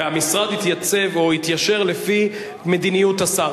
והמשרד התייצב או התיישר לפי מדיניות השר,